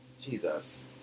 Jesus